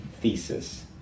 thesis